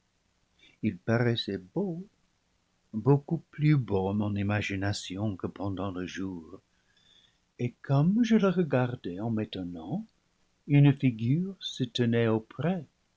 il paraissait beau beaucoup plus beau à mon imagination que pendant le jour et comme je le regardais en m'étonnant une figure se tenait auprès